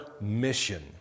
mission